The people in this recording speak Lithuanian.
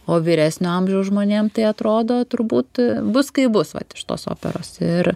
o vyresnio amžiaus žmonėm tai atrodo turbūt bus kai bus vat iš tos operos ir